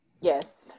Yes